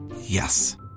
Yes